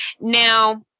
Now